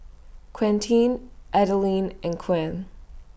Quentin Adilene and Koen